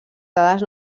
dades